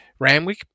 ramwick